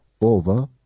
over